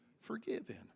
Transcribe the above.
forgiven